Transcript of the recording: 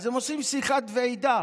אז הם עושים שיחת ועידה